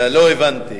לא הבנתי.